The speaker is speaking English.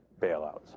bailouts